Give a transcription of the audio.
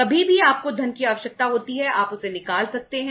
कभी भी आपको धन की आवश्यकता होती है आप उसे निकाल सकते हैं